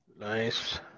Nice